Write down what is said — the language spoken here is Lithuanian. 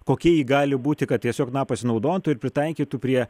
kokia ji gali būti kad tiesiog na pasinaudotų ir pritaikytų prie